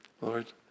Lord